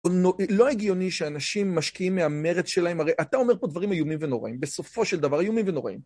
לא הגיוני שאנשים משקיעים מהמרץ שלהם, הרי אתה אומר פה דברים איומים ונוראים, בסופו של דבר איומים ונוראים.